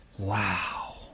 Wow